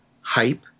hype